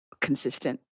consistent